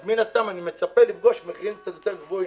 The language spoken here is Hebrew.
אז מן הסתם אני מצפה לפגוש מחירים קצת יותר גבוהים.